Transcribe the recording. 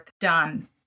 done